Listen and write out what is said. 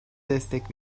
destek